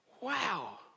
Wow